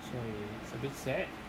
so it's a bit sad